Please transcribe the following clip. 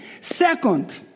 Second